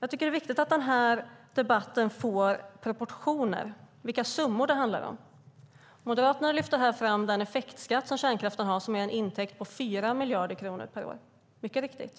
Jag tycker att det är viktigt att debatten får proportioner och att man visar vilka summor det handlar om. Moderaterna lyfter här fram den effektskatt som kärnkraften har som ger en intäkt på 4 miljarder kronor per år. Det är mycket riktigt så.